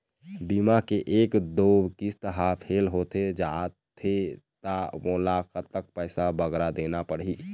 बीमा के एक दो किस्त हा फेल होथे जा थे ता मोला कतक पैसा बगरा देना पड़ही ही?